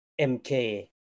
MK